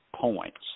points